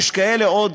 יש כאלה עוד,